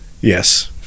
Yes